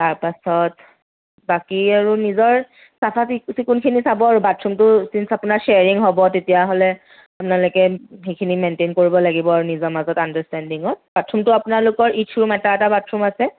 তাৰপাছত বাকী আৰু নিজৰ চফা চিক চিকুণখিনি চাব আৰু বাথৰুমটো চিনচ আপোনাৰ চেয়াৰিং হ'ব তেতিয়াহ'লে আপোনালোকে সেইখিনি মেইনটেইন কৰিব লাগিব আৰু নিজৰ মাজত আণ্ডাৰ্ষ্টেণ্ডিঙত বাথৰুমটো আপোনালোকৰ ৰুম এটা এটা বাথৰুম আছে